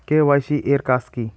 KYC এর কাজ কি?